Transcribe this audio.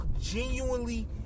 genuinely